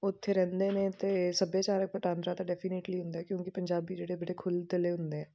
ਉੱਥੇ ਰਹਿੰਦੇ ਨੇ ਤਾਂ ਸੱਭਿਆਚਾਰਕ ਵਟਾਂਦਰਾ ਤਾਂ ਡੈਫੀਨੇਟਲੀ ਹੁੰਦਾ ਕਿਉਂਕਿ ਪੰਜਾਬੀ ਜਿਹੜੇ ਬੜੇ ਖੁੱਲ੍ਹ ਦਿਲ ਦੇ ਹੁੰਦੇ ਹੈ